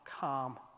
calm